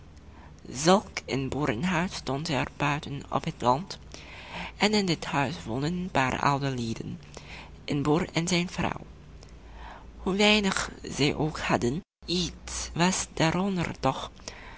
zulk een boerenhuis stond er buiten op het land en in dit huis woonden een paar oude lieden een boer en zijn vrouw hoe weinig zij ook hadden iets was daaronder toch